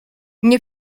nie